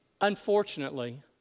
Unfortunately